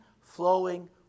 flowing